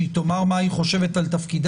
שהיא תאמר מה היא חושבת על תפקידה,